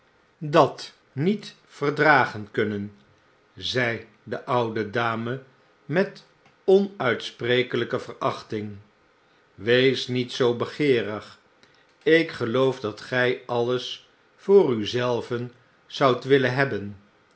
dat niet verdragen kunnen zei de oude dame met onuitsprekelyke verachting wees niet zoo begeerig ik geloof dat gy alles voor u zelven zoudt willen hebben